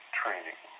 training